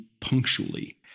punctually